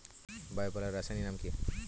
Bio পাল্লার রাসায়নিক নাম কি?